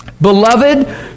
beloved